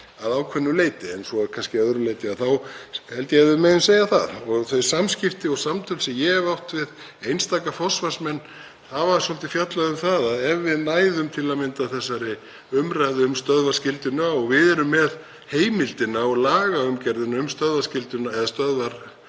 að ákveðnu leyti. En svo kannski að öðru leyti þá held ég að við megum segja það. Og þau samskipti og samtöl sem ég hef átt við einstaka forsvarsmenn hafa svolítið fjallað um það að ef við næðum til að mynda þessari umræðu um stöðvaskylduna, og við erum með heimildina og lagaumgjörðina um leigubifreiðastöðvar